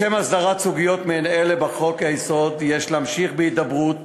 לשם הסדרת סוגיות מעין אלה בחוק-היסוד יש להמשיך בהידברות